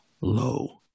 low